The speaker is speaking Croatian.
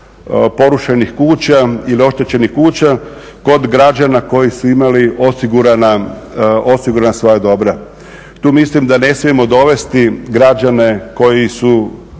porušenih kuća ili oštećenih kuća kod građana koji su imali osigurana svoja dobra. Tu mislim da ne smijemo dovesti građane koji su